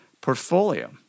portfolio